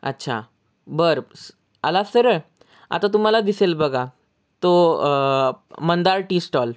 अच्छा बरं आलात सरळ आता तुम्हाला दिसेल बघा तो मंदार टी स्टॉल